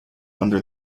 under